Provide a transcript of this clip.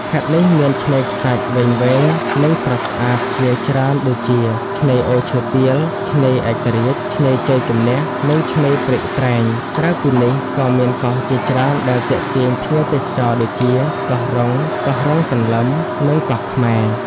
ខេត្តនេះមានឆ្នេរខ្សាច់វែងៗ និងស្រស់ស្អាតជាច្រើនដូចជា ឆ្នេរអូឈើទាល ឆ្នេរឯករាជ្យ ឆ្នេរជ័យជំនះ និងឆ្នេរព្រែកត្រែង។ ក្រៅពីនេះ ក៏មានកោះជាច្រើនដែលទាក់ទាញភ្ញៀវទេសចរ ដូចជាកោះរុង កោះរុងសន្លឹម និងកោះខ្មែរ។